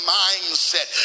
mindset